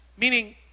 Meaning